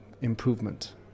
improvement